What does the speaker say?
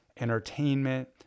entertainment